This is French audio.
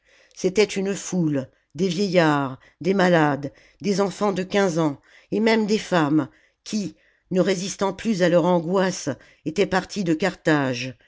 c'était une foule des vieillards des malades des enfants de qumze ans et même des femmes qui ne résistant plus à leur angoisse étaient partis de carthage